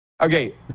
Okay